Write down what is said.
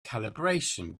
calibration